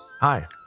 Hi